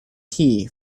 tea